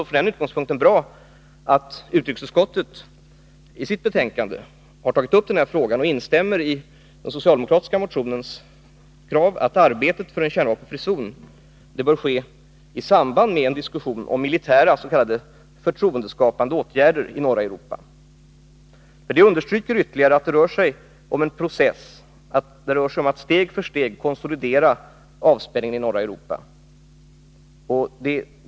Från den utgångspunkten är det bra att utrikesutskottet i sitt betänkande tagit upp frågan och instämt i den socialdemokratiska motionens krav, att arbetet för en kärnvapenfri zon bör ske i samband med en diskussion om militära, s.k. förtroendeskapande åtgärder i norra Europa. Det understryker ytterligare att det rör sig om att steg för steg konsolidera avspänning i norra Europa.